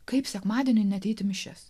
kaip sekmadienį neateiti į mišias